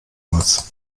muss